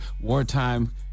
wartime